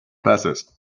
passes